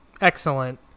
excellent